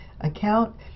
account